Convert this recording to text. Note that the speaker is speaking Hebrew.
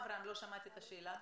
אברהם, לא שמעתי את השאלה.